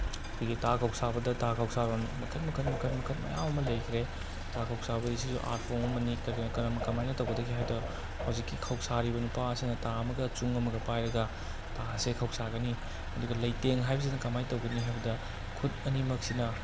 ꯑꯩꯈꯣꯏꯒꯤ ꯇꯥ ꯈꯧꯁꯥꯕꯗ ꯇꯥ ꯈꯧꯁꯥꯔꯣꯜ ꯃꯈꯜ ꯃꯈꯜ ꯃꯈꯜ ꯃꯈꯜ ꯃꯌꯥꯝ ꯑꯃ ꯂꯩꯈ꯭ꯔꯦ ꯇꯥ ꯈꯥꯎꯁꯥꯕꯒꯤꯁꯤꯁꯨ ꯑꯥꯔꯠꯐꯣꯝ ꯃꯈꯜ ꯑꯃꯅꯤ ꯀꯔꯤꯅꯣ ꯀꯃꯥꯏꯅ ꯇꯧꯒꯗꯒꯦ ꯍꯥꯏꯗ ꯍꯧꯖꯤꯛꯀꯤ ꯈꯧꯁꯥꯔꯤꯕ ꯅꯨꯄꯥ ꯑꯁꯤꯅ ꯇꯥ ꯑꯃꯒ ꯆꯨꯡ ꯑꯃꯒ ꯄꯥꯏꯔꯒ ꯇꯥꯁꯦ ꯈꯧꯁꯥꯒꯅꯤ ꯑꯗꯨꯒ ꯂꯩꯇꯦꯡ ꯍꯥꯏꯕꯁꯤꯅ ꯀꯃꯥꯏꯅ ꯇꯧꯒꯅꯤ ꯍꯥꯏꯕꯗ ꯈꯨꯠ ꯑꯅꯤꯃꯛꯁꯤꯅ